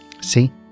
See